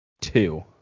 Two